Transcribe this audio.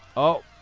oh